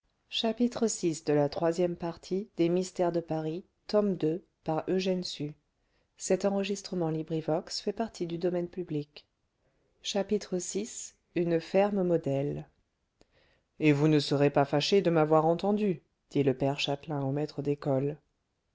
vi une ferme modèle et vous ne serez pas fâché de m'avoir entendu dit le père châtelain au maître d'école